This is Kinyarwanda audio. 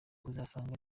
uzasanga